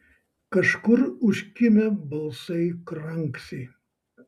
kažkur užkimę balsai kranksi